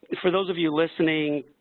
for those of you listening,